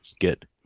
Good